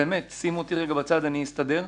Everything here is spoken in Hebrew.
שים אותי רגע בצד, אני אסתדר.